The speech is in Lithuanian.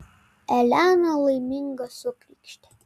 elena laiminga sukrykštė